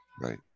Right